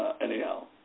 anyhow